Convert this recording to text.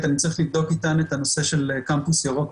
אני צריך לבדוק איתן את הנושא של קמפוס ירוק,